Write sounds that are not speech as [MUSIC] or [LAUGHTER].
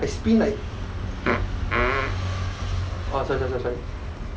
I screamed like [NOISE] ah sorry sorry sorry